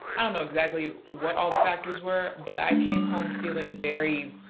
i don't know exactly what all the factors were, but i came home feeling very,